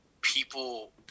people